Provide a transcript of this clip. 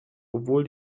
obwohl